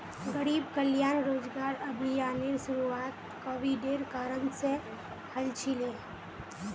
गरीब कल्याण रोजगार अभियानेर शुरुआत कोविडेर कारण से हल छिले